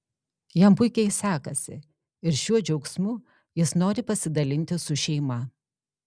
jam puikiai sekasi ir šiuo džiaugsmu jis nori pasidalinti su šeima